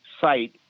site